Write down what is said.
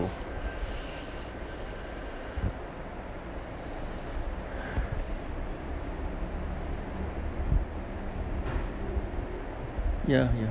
yeah yeah